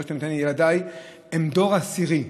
הם דור עשירי,